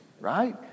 Right